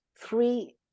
three